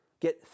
get